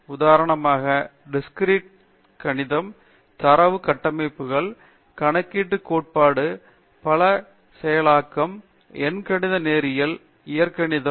உதாரணமாக தனித்த கணிதம் தரவு கட்டமைப்புகள் கணக்கீட்டுக் கோட்பாடு பட செயலாக்கம் எண்கணித நேரியல் இயற்கணிதம்